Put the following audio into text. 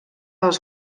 als